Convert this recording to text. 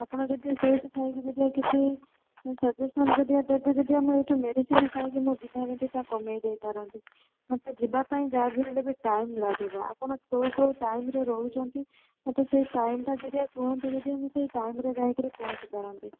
ଆପଣ ଯଦି ସେହିଠି ଥାଇକି କିଛି ସଜେସନ ଯଦି ଦେବେ ଯଦି ମୁଁ ଏହିଠୁ ମେଡ଼ିସିନ ଖାଇକି ମୋ ବିନ୍ଧା ବିନ୍ଧିଟା କମାଇ ଦେଇପାରନ୍ତି ମୋତେ ଯିବା ପାଇଁ ଯାହା ବି ହେଲେବି ଟାଇମ ଲାଗିବ ଆପଣ କେଉଁ କେଉଁ ଟାଇମରେ ରହୁଛନ୍ତି ମୋତେ ସେ ଟାଇମ ଟା ଟିକେ କୁହନ୍ତୁ ଯଦି ମୁଁ ସେ ଟାଇମରେ ଯାଇକି ପହଞ୍ଚି ପାରନ୍ତି